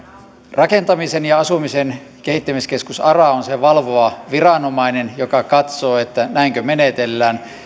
rakentamisen ja asumisen kehittämiskeskus ara on se valvova viranomainen joka katsoo että näinkö menetellään